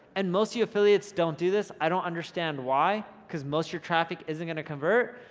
and most of you affiliates don't do this, i don't understand why, because most your traffic isn't gonna convert.